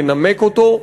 לנמק אותו.